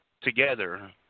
together